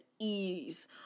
ease